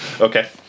Okay